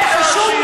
תולה אף אחד.